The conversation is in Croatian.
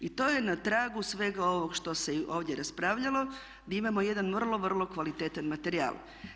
I to je na tragu svega ovog što se i ovdje raspravljalo gdje imamo jedan vrlo, vrlo kvalitetan materijal.